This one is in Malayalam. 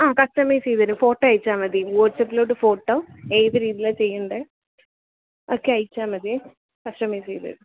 ആ കസ്റ്റമൈസ് ചെയ്ത് തരും ഫോട്ടോ അയച്ചാൽ മതി വാട്സാപ്പിലോട്ട് ഫോട്ടോ ഏത് രീതിയിലാണ് ചെയ്യണ്ടത് ഒക്കെ അയച്ചാൽ മതിയേ കസ്റ്റമൈസ് ചെയ്ത് തരും